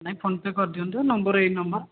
ନାହିଁ ଫୋନପେ କରିଦିଅନ୍ତୁ ନମ୍ବର୍ ଏହି ନମ୍ବର୍